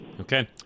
Okay